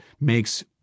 makes